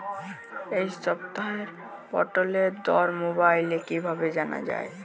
এই সপ্তাহের পটলের দর মোবাইলে কিভাবে জানা যায়?